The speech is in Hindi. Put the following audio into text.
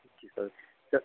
सर